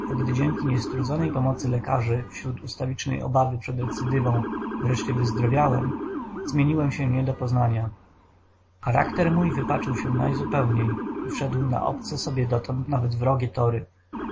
gdy dzięki niestrudzonej pomocy lekarzy wśród ustawicznej obawy przed recydywą wreszcie wyzdrowiałem zmieniłem się nie do poznania charakter mój wypaczył się najzupełniej i wszedł na obce sobie dotąd nawet wrogie tory